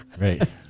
Right